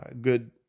good